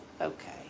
Okay